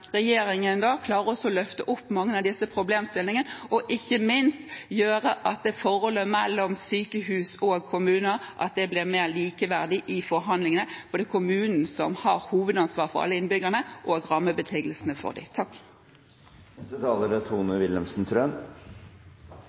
klarer å gjøre forholdet mellom sykehus og kommuner mer likeverdig i forhandlingene, for det er kommunen som har hovedansvaret for alle innbyggerne og rammebetingelsene for dem. Det er et viktig tema som representanten Toppe reiser i Stortinget i dag. Som debatten viser, er